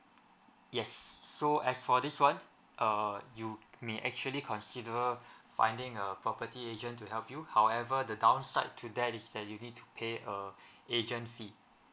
yes so as for this one err you may actually consider finding a property agent to help you however the downside to that is that you need to pay a agent fee